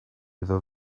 iddo